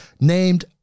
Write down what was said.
named